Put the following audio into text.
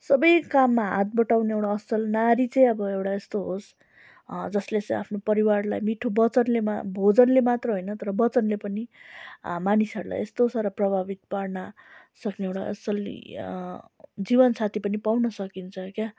सबै काममा हात बटाउने एउटा असल नारी चाहिँ अब एउटा यस्तो होस् जसले चाहिँ आफ्नो परिवारलाई मिठो वचनले भोजनले मात्र होइन तर वचनले पनि मानिसहरूलाई यस्तो साह्रो प्रभावित पार्न सक्ने एउटा असली जीवनसाथी पनि पाउन सकिन्छ क्या